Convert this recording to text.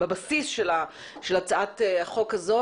בבסיס של הצעת החוק הזו,